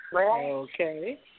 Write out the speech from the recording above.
okay